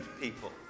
people